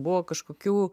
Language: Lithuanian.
buvo kažkokių